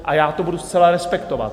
A já to budu zcela respektovat.